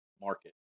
Market